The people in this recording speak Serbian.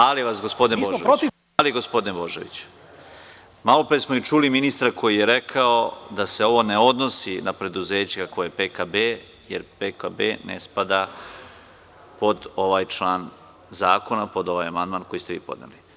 Ali, gospodine Božoviću, malopre smo i čuli ministra koji je rekao da se ovo ne odnosi na preduzeće PKB, jer PKB ne spada pod ovaj član zakona, pod ovaj amandman koji ste podneli.